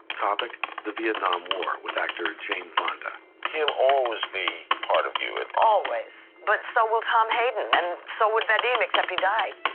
topic? the vietnam war with actor jane fonda he'll always be part of you. always. but so will tom hayden and so would vadim except he died.